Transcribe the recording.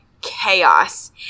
chaos